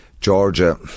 Georgia